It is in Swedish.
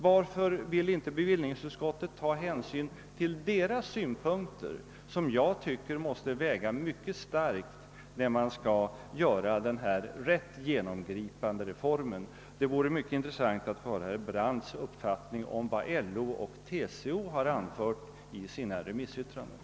Varför vill inte bevillningsutskottet ta hänsyn till deras synpunkter, som enligt min uppfattning måste väga mycket tungt när man skall göra denna ganska genomgripande reform? Det vore intressant att få höra herr Brandts uppfattning om vad LO och TCO har anfört i sina remissyttranden.